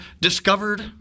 discovered